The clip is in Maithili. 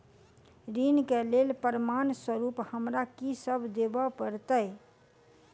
ऋण केँ लेल प्रमाण स्वरूप हमरा की सब देब पड़तय?